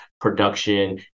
production